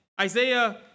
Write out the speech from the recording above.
Isaiah